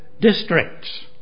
districts